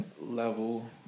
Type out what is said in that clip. level